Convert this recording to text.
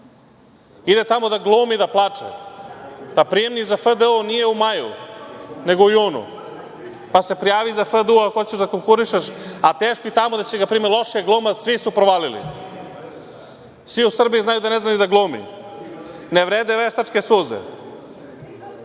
Ide tamo da glumi da plače. Pa, prijemni za FDU nije u maju, nego u junu, pa se prijavi za FDU ako hoćeš da konkurišeš, a teško da će i tamo da ga prime, loš je glumac, svi su provalili. Svi u Srbiji znaju da ne zna ni da glumi. Ne vrede veštačke suze. Šta,